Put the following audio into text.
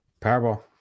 Powerball